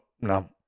no